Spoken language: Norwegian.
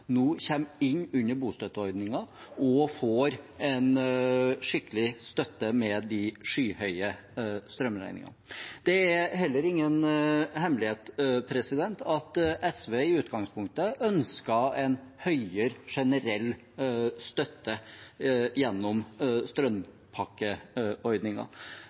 nå kommer inn under bostøtteordningen og får en skikkelig støtte til de skyhøye strømregningene. Det er heller ingen hemmelighet at SV i utgangspunktet ønsker en høyere generell støtte gjennom